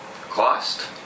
cost